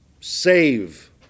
save